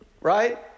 right